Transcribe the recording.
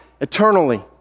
eternally